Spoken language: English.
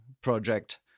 project